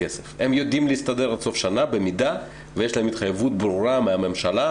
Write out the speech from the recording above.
יודעים להסתדר עד סוף שנה במידה ויש להם התחייבות ברורה מהממשלה,